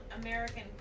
American